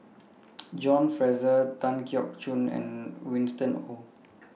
John Fraser Tan Keong Choon and Winston Oh